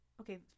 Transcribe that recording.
Okay